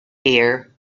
gear